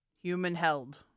human-held